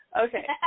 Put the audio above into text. Okay